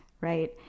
right